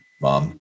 Mom